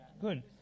good